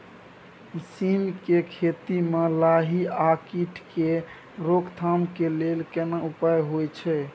सीम के खेती म लाही आ कीट के रोक थाम के लेल केना उपाय होय छै?